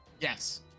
yes